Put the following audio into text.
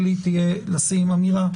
תהיה להוסיף אמירה.